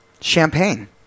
champagne